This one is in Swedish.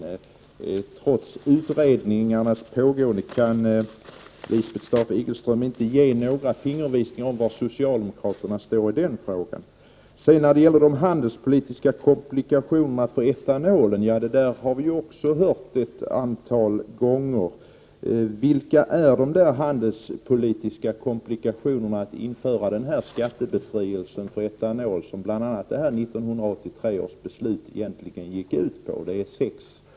Kan inte Lisbeth Staaf-Igelström trots att utredningarna pågår ge några fingervisningar om var socialdemokraterna står i denna fråga? Talet om de handelspolitiska komplikationerna beträffande etanol har vi ju också hört talas om ett antal gånger. Vilka är de där handelspolitiska komplikationerna då det gäller att införa skattebefrielse för etanol med tanke på vad 1983 års beslut egentligen gick ut på? Nu har det gått sex år. Är det Prot.